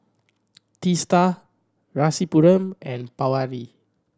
Teesta Rasipuram and Pawan Lee